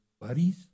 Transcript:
buddies